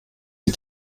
die